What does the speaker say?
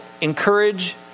encourage